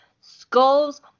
skulls